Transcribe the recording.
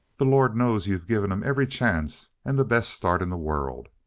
the lord knows you've given him every chance and the best start in the world.